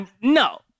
No